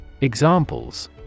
Examples